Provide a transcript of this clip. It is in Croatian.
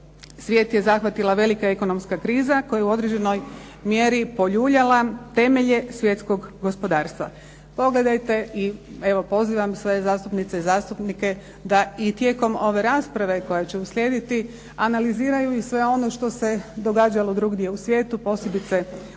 Svijet je zahvatila velika ekonomska kriza koja je u određenoj mjeri poljuljala temelje svjetskog gospodarstva. Pogledajte i pozivam sve zastupnice i zastupnike da i tijekom ove rasprave koja će uslijediti analiziraju i sve ono što se događalo drugdje u svijetu, posebice u